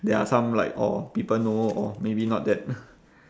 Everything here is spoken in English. there are some like orh people know or maybe not that